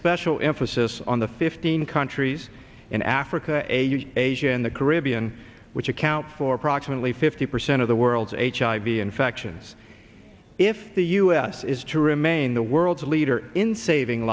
special emphasis on the fifteen countries in africa a huge asia in the caribbean which accounts for approximately fifty percent of the world hiv infections if the u s is to remain the world's leader in saving